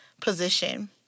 position